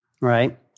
right